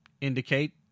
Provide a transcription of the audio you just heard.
indicate